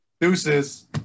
Deuces